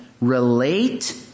relate